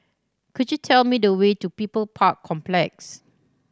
could you tell me the way to People Park Complex